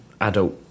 adult